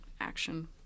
action